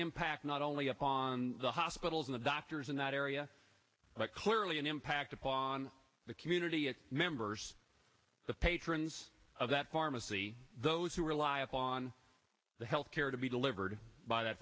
impact not only up on the hospitals and doctors in that area but clearly an impact on the community of members the patrons of that pharmacy those who rely on the health care to be delivered by that